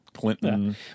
Clinton